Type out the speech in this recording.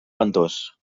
ventós